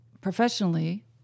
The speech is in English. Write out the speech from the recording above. Professionally